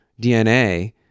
DNA